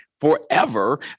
forever